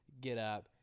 get-up